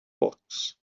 books